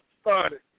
started